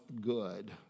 good